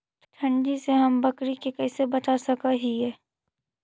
ठंडी से हम बकरी के कैसे बचा सक हिय?